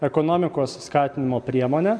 ekonomikos skatinimo priemonę